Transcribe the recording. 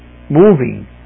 moving